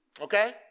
Okay